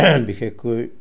বিশেষকৈ